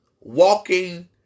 walking